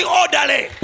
orderly